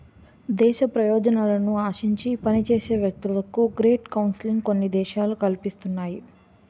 దేశ ప్రయోజనాలను ఆశించి పనిచేసే వ్యక్తులకు గ్రేట్ కౌన్సిలింగ్ కొన్ని దేశాలు కల్పిస్తున్నాయి